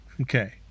Okay